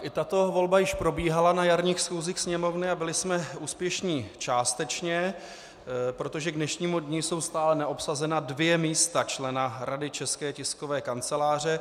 I tato volba již probíhala na jarních schůzích Sněmovny a byli jsme úspěšní částečně, protože k dnešnímu dni jsou stále neobsazena dvě místa člena Rady České tiskové kanceláře.